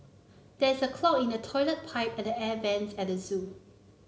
there is a clog in the toilet pipe and the air vents at the zoo